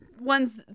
ones